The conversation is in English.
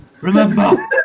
remember